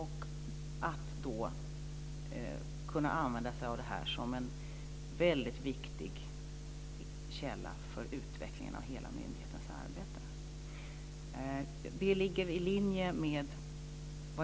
Man kan använda det här som en väldigt viktig källa för utvecklingen av hela myndighetens arbete.